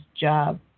job